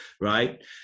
Right